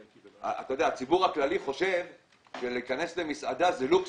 הציבור הכללי חושב שלהיכנס למסעדה זה לוקסוס,